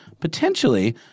potentially—